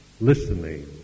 listening